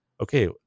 Okay